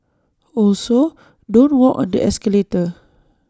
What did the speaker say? also don't walk on the escalator